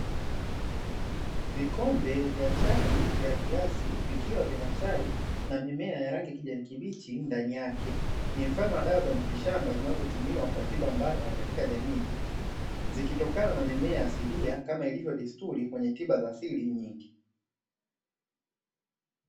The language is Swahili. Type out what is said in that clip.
Vikombe vya chai vya glasi, vikiwa vina chai na mimea ya rangi ya kijani kibichi ndani yake ni mfano wa dawa za mitishamba zinazotumiwa kwa tiba mbadala katika jamii nyingi. Zikitokana na mimea asilia kama ilivo desturi kwenye tiba za asili nyingi.